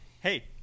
hey